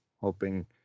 hoping